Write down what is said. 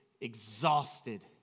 exhausted